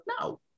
no